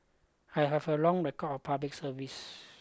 I have a long record of public service